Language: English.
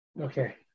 Okay